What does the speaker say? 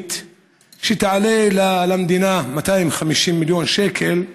תוכנית שתעלה למדינה 250 מיליון שקל,